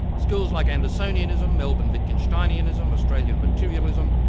schools like andersonianism, melbourne wittgensteinism, australian materialism,